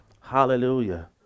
Hallelujah